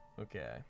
Okay